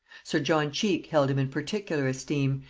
sir john cheke held him in particular esteem,